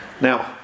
Now